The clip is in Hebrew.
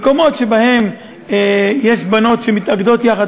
מקומות שבהם יש בנות שמתאגדות יחד